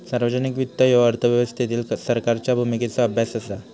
सार्वजनिक वित्त ह्यो अर्थव्यवस्थेतील सरकारच्या भूमिकेचो अभ्यास असा